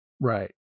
Right